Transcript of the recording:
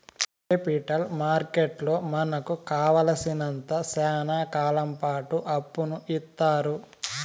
capital మార్కెట్లో మనకు కావాలసినంత శ్యానా కాలంపాటు అప్పును ఇత్తారు